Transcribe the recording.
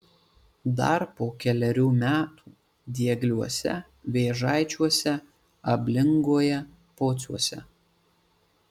dar po kelerių metų diegliuose vėžaičiuose ablingoje pociuose